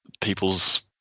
people's